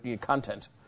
content